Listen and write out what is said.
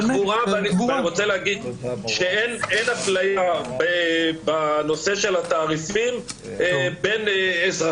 אין אפליה בנושא התעריפים בין אזרחים: מוסלמי,